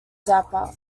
zappa